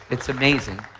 it's amazing.